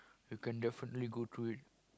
you can definitely go through it